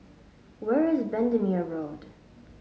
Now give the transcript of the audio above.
where is Bendemeer Road